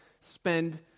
spend